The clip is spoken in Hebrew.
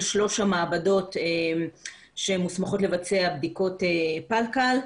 3 המעבדות שמוסמכות לבצע בדיקות פלקל,